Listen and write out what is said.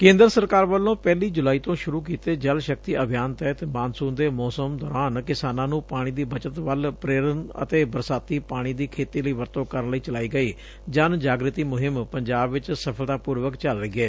ਕੇਂਦਰ ਸਰਕਾਰ ਵੱਲੋਂ ਪਹਿਲੀ ਜੁਲਾਈ ਤੋਂ ਸ਼ੁਰੁ ਕੀਤੇ ਜਲ ਸ਼ਕਤੀ ਅਭਿਆਨ ਤਹਿਤ ਮਾਨਸੁਨ ਦੇ ਮੌਸਮ ਦੌਰਾਨ ਕਿਸਾਨਾਂ ਨੂੰ ਪਾਣੀ ਦੀ ਬੱਚਤ ਵੱਲ ਪ੍ਰੇਰਨ ਅਤੇ ਬਰਸਾਤੀ ਪਾਣੀ ਦੀ ਖੇਤੀ ਲਈ ਵਰਤੱ ਕਰਨ ਲਈ ਚਲਾਈ ਗਈ ਜਨ ਜਾਗ੍ਤੀ ਮੁਹਿੰਮ ਪੰਜਾਬ ਵਿਚ ਸਫਲਤਾ ਪੁਰਵਕ ਚੱਲ ਰਹੀ ਏ